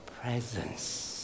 presence